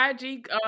IG